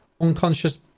unconscious